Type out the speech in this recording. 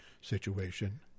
situation